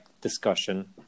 discussion